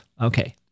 Okay